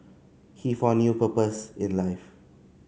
he found new purpose in life